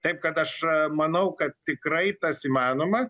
taip kad aš manau kad tikrai tas įmanoma